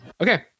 Okay